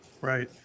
Right